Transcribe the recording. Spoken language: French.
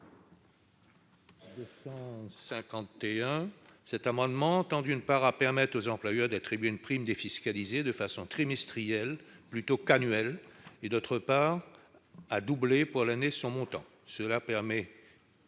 Cet amendement tend, d'une part, à permettre aux employeurs d'attribuer une prime défiscalisée de façon trimestrielle plutôt qu'annuelle et, d'autre part, à doubler son montant pour l'année. Cela permettra